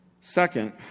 Second